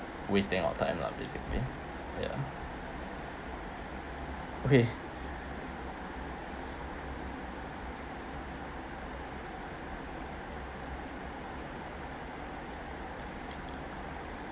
wasting our time lah basically ya okay